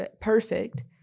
perfect